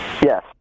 Yes